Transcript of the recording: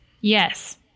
Yes